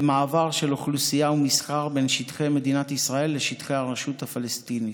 למעבר של אוכלוסייה ומסחר בין שטחי מדינת ישראל לשטחי הרשות הפלסטינית.